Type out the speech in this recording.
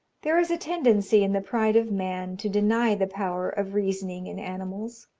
there is a tendency in the pride of man to deny the power of reasoning in animals,